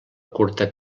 curta